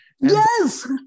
Yes